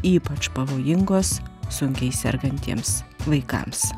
ypač pavojingos sunkiai sergantiems vaikams